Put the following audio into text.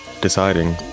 Deciding